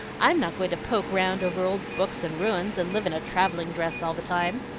i'm not going to poke round over old books and ruins, and live in a travelling-dress all the time.